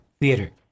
Theater